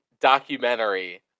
documentary